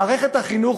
מערכת החינוך,